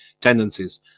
tendencies